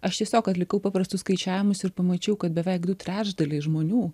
aš tiesiog atlikau paprastus skaičiavimus ir pamačiau kad beveik du trečdaliai žmonių